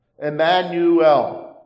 Emmanuel